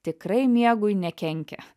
tikrai miegui nekenkia